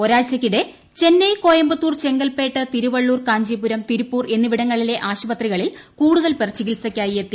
ഒരാഴ്ചയ്ക്കിടെ ചെന്നൈ കോയമ്പത്തൂർ ചെംഗൽപേട്ട് തിരുവള്ളൂർ കാഞ്ചീപുരംതിരുപൂർ എന്നിവിടങ്ങളിലെ ആശുപത്രികളിൽ കൂടുതൽ പേർ ചികിത്സയ്ക്കായി എത്തി